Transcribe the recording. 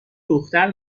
دختر